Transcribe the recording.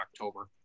October